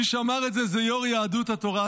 מי שאמר את זה זה יו"ר יהדות התורה,